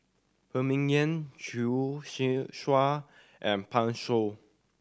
Phan Ming Yen Choor Singh and Pan Shou